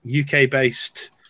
UK-based